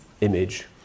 image